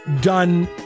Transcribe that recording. Done